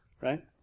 right